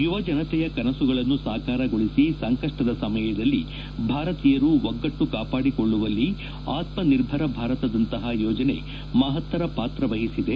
ಯುವ ಜನತೆಯ ಕನಸುಗಳನ್ನು ಸಾಕಾರಗೊಳಿಸಿ ಸಂಕಷ್ಟದ ಸಮಯದಲ್ಲಿ ಭಾರತೀಯರು ಒಗ್ಗಟ್ಟು ಕಾಪಾಡಿಕೊಳ್ಳುವಲ್ಲಿ ಆತ್ಮಿರ್ಭರ ಭಾರತದಂತಹ ಯೋಜನೆ ಮಹತ್ತರ ಪಾತ್ರ ವಹಿಸಿದೆ